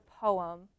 poem